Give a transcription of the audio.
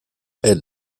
elle